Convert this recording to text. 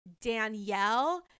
Danielle